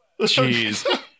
Jeez